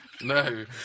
No